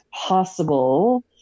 possible